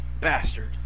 Bastard